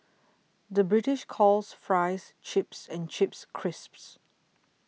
the British calls Fries Chips and Chips Crisps